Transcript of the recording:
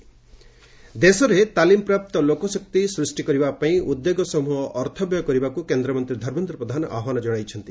skill ପ୍ରଧାନ ଦେଶରେ ତାଲିମ୍ପ୍ରାପ୍ତ ଲୋକଶକ୍ତି ସୃଷ୍ଟି କରିବା ପାଇଁ ଉଦ୍ୟୋଗ ସମ୍ବହ ଅର୍ଥବ୍ୟୟ କରିବାକୁ କେନ୍ଦ୍ରମନ୍ତ୍ରୀ ଧର୍ମେନ୍ଦ୍ର ପ୍ରଧାନ ଆହ୍ବାନ ଜଣାଇଛନ୍ତି